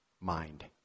mind